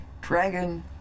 dragon